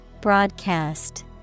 Broadcast